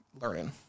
learning